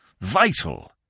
vital